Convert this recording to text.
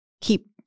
keep